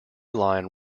line